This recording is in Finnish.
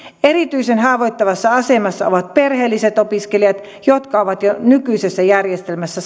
erityisen haavoittuvassa asemassa ovat perheelliset opiskelijat jotka ovat jo nykyisessä järjestelmässä